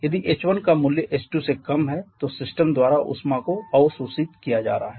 यदि h1 का मूल्य h2 से कम है तो सिस्टम द्वारा उष्मा को अवशोषित किया जा रहा है